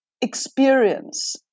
experience